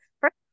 first